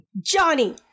Johnny